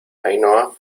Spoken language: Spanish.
ainhoa